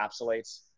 encapsulates